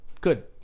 Good